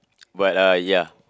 but uh ya